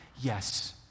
yes